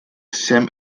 sem